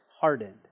hardened